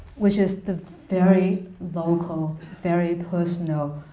which is the very local, very personal,